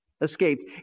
escaped